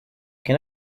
can